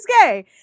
gay